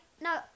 no